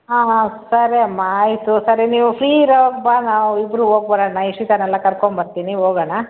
ಹಾಂ ಹಾಂ ಸರಿ ಅಮ್ಮ ಆಯಿತು ಸರಿ ನೀವು ಫ್ರೀ ಇರುವಾಗ ಬಾ ನಾವಿಬ್ಬರು ಹೋಗಿ ಬರೋಣ ಇಶಿತಾನೆಲ್ಲ ಕರ್ಕೊಂಬರ್ತೀನಿ ಹೋಗಣ